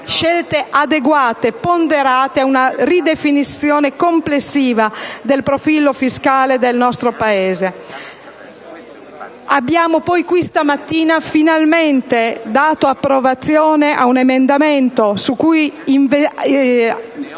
scelte adeguate e ponderate e una ridefinizione complessiva del profilo fiscale del nostro Paese. Abbiamo inoltre, questa mattina, finalmente dato approvazione a un emendamento su cui